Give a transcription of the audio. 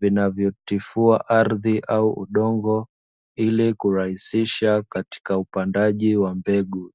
vinavyotifua ardhi au udongo ili kurahisisha katika upandaji wa mbegu.